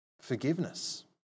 forgiveness